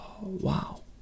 wow